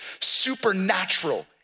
supernatural